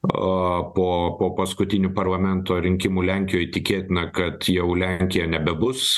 aaa po po paskutinių parlamento rinkimų lenkijoj tikėtina kad jau lenkija nebebus